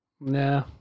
Nah